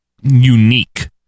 unique